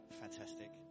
Fantastic